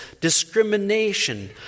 discrimination